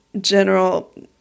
general